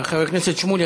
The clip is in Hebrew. חבר הכנסת שמולי,